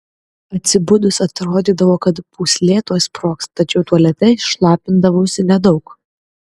atsibudus atrodydavo kad pūslė tuoj sprogs tačiau tualete šlapindavausi nedaug